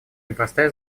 непростая